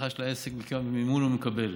כמה מימון הא מקבל.